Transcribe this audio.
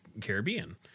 Caribbean